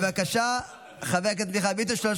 בבקשה, חבר הכנסת מיכאל ביטון.